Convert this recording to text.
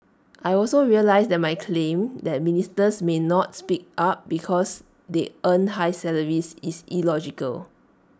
I also realise that my claim that ministers may not speak up because they earn high salaries is illogical